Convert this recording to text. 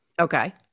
Okay